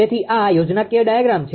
તેથી આ યોજનાકીય ડાયાગ્રામ છે